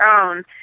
own